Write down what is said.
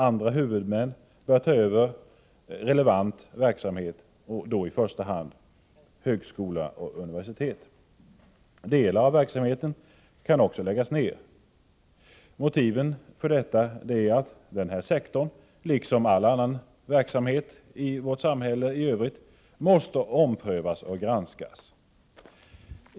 Andra huvudmän bör ta över relevant verksamhet, i första hand högskola och universitet. Delar av verksamheten kan också läggas ner. Motiven för detta är att denna sektor, liksom all annan verksamhet i vårt samhälle, måste omprövas och granskas.